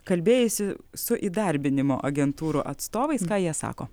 kalbėjaisi su įdarbinimo agentūrų atstovais ką jie sako